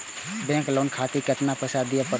Bank loan खातीर केतना पैसा दीये परतें?